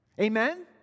Amen